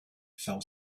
fell